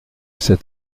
cet